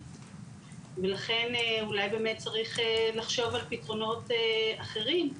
ולכן אולי באמת צריך לחשוב על פתרונות אחרים,